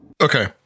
Okay